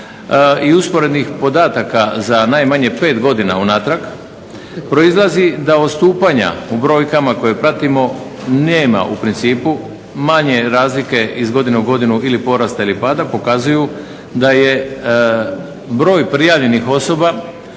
i usporedih podataka za najmanje 5 godina unatrag, proizlazi da odstupanja u brojkama koje pratimo nema u principu manje razlike iz godine u godinu ili porasta ili pada pokazuju da je broj prijavljenih osoba